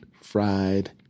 fried